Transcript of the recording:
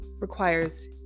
requires